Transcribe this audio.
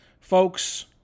Folks